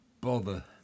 bother